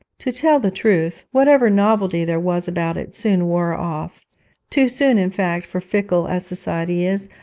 to tell the truth, whatever novelty there was about it soon wore off too soon, in fact, for, fickle as society is,